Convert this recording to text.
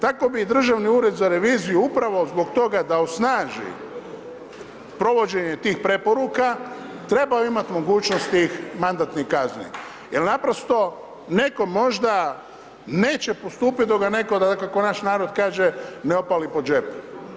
Tako bi i Državni ured za reviziju upravo zbog toga da osnaži provođenje tih preporuka trebao imati mogućnosti mandatnih kazni jel naprosto netko možda neće postupit dok ga netko, kako naš narod kaže, ne opali po džepu.